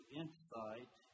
insight